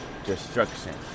Destruction